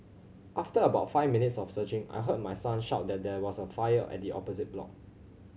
after about five minutes of searching I heard my son shout that there was a fire at the opposite block